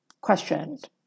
questioned